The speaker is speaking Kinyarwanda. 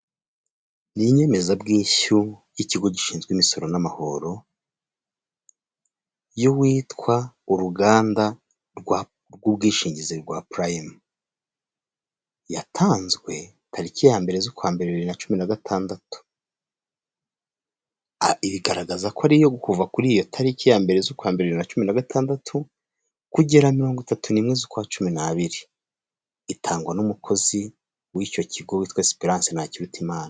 Ni inyemezabwishyu y'ikigo gishinzwe imisoro n'amahoro y'uwitwa uruganda rw'ubwishingizi rwa Purayimu, yatanzwe tariki ya mbere z'ukwa mbere bibiri na cumi na gatandatu, bigaragaza ko ari iyo kuva kuri iyo tariki ya mbere z'ukwa mbere bibiri na cumi na gatandatu kugera mirongo itatu n'imwe z'ukwa cumi n'abiri itangwa n'umukozi w'icyo kigo witwa Esiperanse Ntakirutimana.